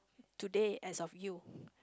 today as of you